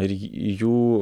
ir jų